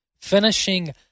finishing